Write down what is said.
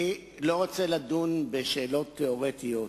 אני לא רוצה לדון בשאלות תיאורטיות,